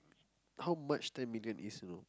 how much ten million is you know